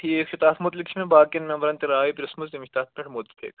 ٹھیٖک چھُ تَتھ مُتلِق چھِ مےٚ باقیَن نمبرَن تہِ راے پرژھمٕژ تٔمِس چھِ تَتھ پٮ۪ٹھ مُتفِق